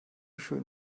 schön